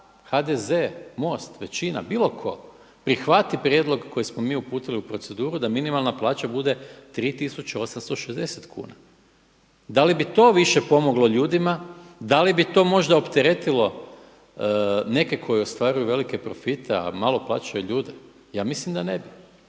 HDZ, MOST, većina, bilo tko, prihvati prijedlog koji smo mi uputili u proceduru da minimalna plaća bude 3860 kuna? Da li bi to više pomoglo ljudima? Da li bi to možda opteretilo neke koji ostvaruju velike profite a malo plaćaju ljude? Ja mislim da ne bi.